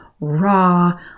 raw